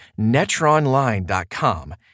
netronline.com